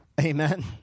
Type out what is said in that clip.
amen